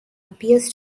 appears